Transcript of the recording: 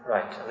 Right